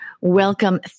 Welcome